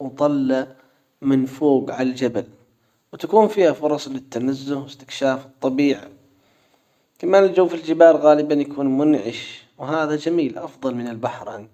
وطلة من فوج عالجبل وتكون فيها فرص للتنزه واستكشاف الطبيعة كمان الجو في الجبال غالبا يكون منعش وهذا جميل افضل من البحر عندي.